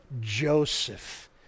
Joseph